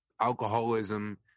alcoholism